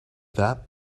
that